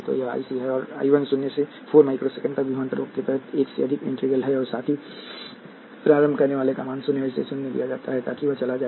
तो यह I c है और I l शून्य से ५ माइक्रो सेकंड तक विभवांतर वक्र के तहत एक से अधिक l इंटीग्रल है और साथ ही प्रारंभ करनेवाला का मान शून्य है जिसे शून्य दिया जाता है ताकि वह चला जाए